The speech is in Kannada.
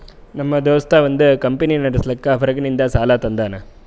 ನಮ್ ದೋಸ್ತ ಅವಂದ್ ಕಂಪನಿ ನಡುಸ್ಲಾಕ್ ಹೊರಗಿಂದ್ ಸಾಲಾ ತಂದಾನ್